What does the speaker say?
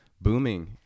booming